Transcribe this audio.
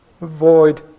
Avoid